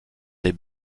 des